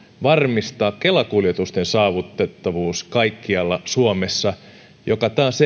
varmistaa kela kuljetusten saavutettavuus kaikkialla suomessa mikä ei taas